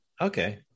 okay